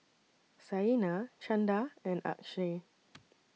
Saina Chanda and Akshay